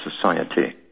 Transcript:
society